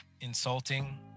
insulting